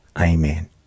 Amen